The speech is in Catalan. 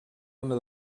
una